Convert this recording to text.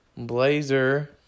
blazer